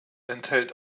enthält